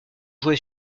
joué